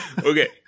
Okay